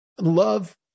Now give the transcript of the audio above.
Love